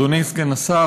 אדוני סגן השר,